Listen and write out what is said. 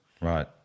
Right